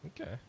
okay